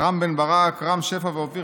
רם בן ברק, רם שפע ואופיר